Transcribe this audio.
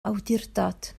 awdurdod